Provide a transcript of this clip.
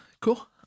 Cool